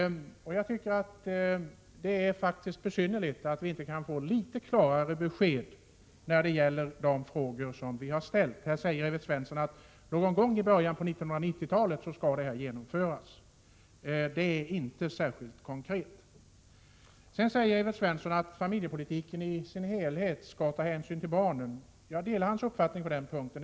Jag tycker att det är besynnerligt att vi inte kan få litet klarare besked när det gäller de frågor som vi har ställt. Här säger Evert Svensson att detta skall genomföras någon gång i början av 1990-talet. Det är inte särskilt konkret. Sedan säger Evert Svensson att familjepolitiken i sin helhet skall ta hänsyn till barnen. Jag delar hans uppfattning på den punkten.